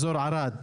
אזור ערד,